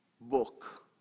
book